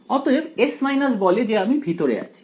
অতএব S বলে যে আমি ভিতরে আছি